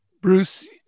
bruce